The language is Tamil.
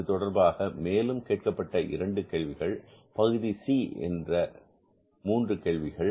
இதுதொடர்பாக மேலும் கேட்கப்பட்ட இரண்டு கேள்விகள் பகுதி C என்கிற மூன்று கேள்விகள்